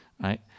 right